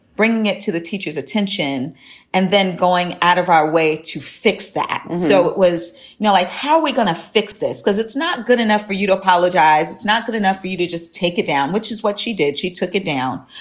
bringing it to the teacher's attention and then going out of our way to fix that. and so it was you know like, how are we going to fix this? because it's not good enough for you to apologize. it's not good enough for you to just take it down, which is what she did. she took it down.